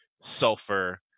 sulfur